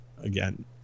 Again